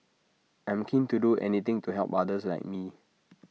I'm keen to do anything to help others like me